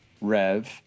rev